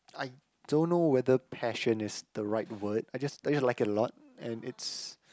I don't know whether passion is the right word I just I just like a lot and it's